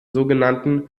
sogenannten